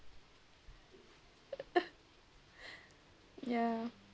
ya